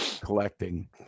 collecting